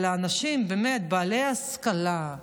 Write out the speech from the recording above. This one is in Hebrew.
על אנשים שהיו באמת בעלי השכלה,